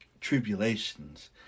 tribulations